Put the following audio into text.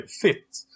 fit